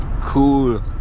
cool